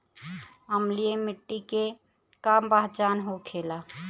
अम्लीय मिट्टी के का पहचान होखेला?